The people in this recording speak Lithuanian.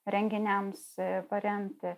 renginiams paremti